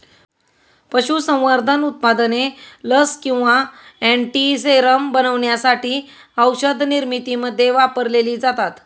पशुसंवर्धन उत्पादने लस किंवा अँटीसेरम बनवण्यासाठी औषधनिर्मितीमध्ये वापरलेली जातात